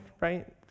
right